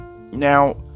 Now